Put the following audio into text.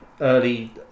early